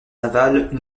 navale